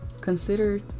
consider